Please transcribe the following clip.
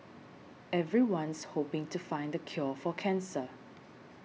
everyone's hoping to find the cure for cancer